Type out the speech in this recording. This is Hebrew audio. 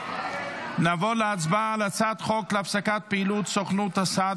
נעבור להצבעה על הצעת חוק להפסקת פעילות סוכנות הסעד